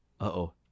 Uh-oh